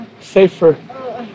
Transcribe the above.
safer